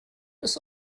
ist